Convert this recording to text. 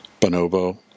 Bonobo